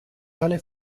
tale